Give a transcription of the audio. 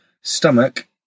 stomach